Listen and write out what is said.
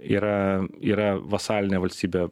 yra yra vasalinė valstybė